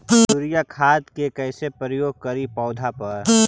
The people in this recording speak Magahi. यूरिया खाद के कैसे प्रयोग करि पौधा पर?